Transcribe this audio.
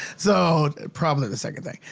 so probably the second thing.